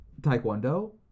taekwondo